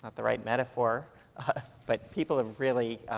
the right metaphor but people have really